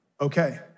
okay